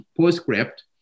postscript